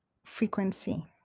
frequency